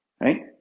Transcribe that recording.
Right